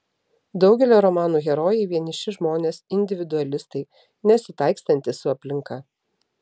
daugelio romanų herojai vieniši žmonės individualistai nesitaikstantys su aplinka